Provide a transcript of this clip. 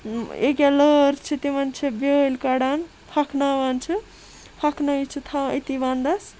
اکیاہ لٲر چھُ بیٲلۍ کَڑان ہۄکھناوان چھِ ہۄکھنٲیِتھ چھِ تھاوان أتی وَنٛدَس